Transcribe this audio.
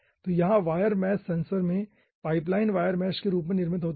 तो यहाँ wire mesh sensor में पाइपलाइन वायर मैश के रूप में निर्मित होती है